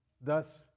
thus